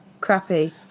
crappy